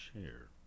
share